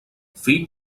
fill